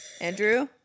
Andrew